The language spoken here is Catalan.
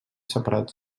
separats